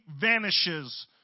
vanishes